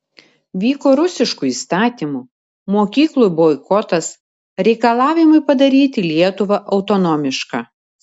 vyko rusiškų įstatymų mokyklų boikotas reikalavimai padaryti lietuvą autonomišką